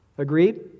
Agreed